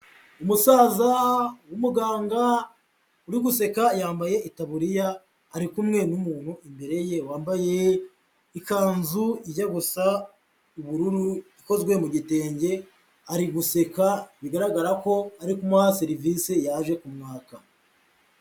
Umusaza w'umuganga uri guseka yambaye itaburiya ari kumwe n'umuntu imbere ye wambaye ikanzu ijya gusa ubururu ikozwe mu gitenge ari guseka bigaragara ko ari kumuha serivisi yaje kumwaka.